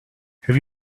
have